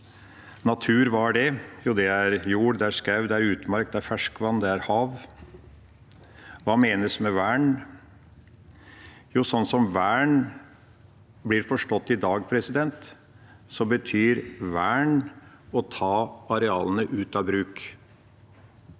Natur – hva er det? Jo, det er jord, det er skau, det er utmark, det er ferskvann, det er hav. Hva menes med vern? Jo, slik vern blir forstått i dag, betyr vern å ta area